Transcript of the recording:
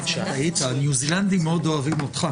הניו זילנדים מאוד אוהבים אותך.